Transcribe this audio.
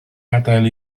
adael